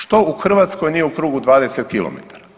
Što mi u Hrvatskoj nije u krugu 20 km?